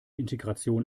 integration